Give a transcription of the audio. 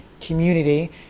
community